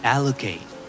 Allocate